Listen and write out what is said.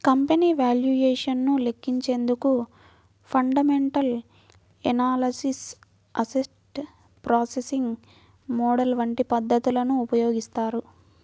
company valuation ను లెక్కించేందుకు fundamental analysis, asset pricing model వంటి పద్ధతులను ఉపయోగిస్తారు